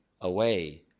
away